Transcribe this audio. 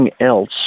else